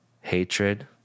hatred